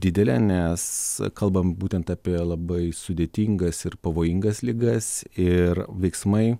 didelė nes kalbam būtent apie labai sudėtingas ir pavojingas ligas ir veiksmai